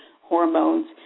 hormones